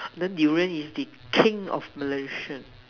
the Durian is the King of Malaysia